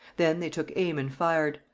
then they took aim and fired.